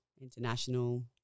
International